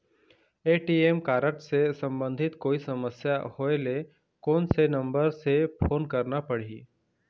ATM card से संबंधित कोई समस्या होय ले, कोन से नंबर से फोन करना पढ़ही?